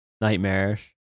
nightmarish